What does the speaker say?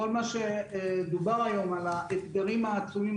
כל מה שדובר היום על האתגרים העצומים,